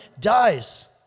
dies